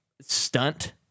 stunt